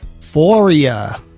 Foria